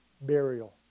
burial